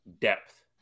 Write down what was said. depth